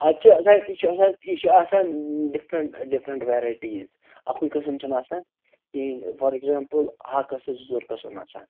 اَتہِ چھُ آسان یہِ چھُ آسان یہِ چھِ آسان ڈِفرنٛٹ ڈِفرنٛٹ وٮ۪رایٹیٖز اَکُے قٕسم چھُنہٕ آسان کِہیٖنۍ فار اٮ۪گزامپٕل ہاکَس چھِ زٕ ژور قٕسم آسان